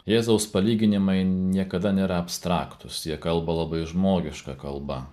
jėzaus palyginimai niekada nėra abstraktūs jie kalba labai žmogiška kalba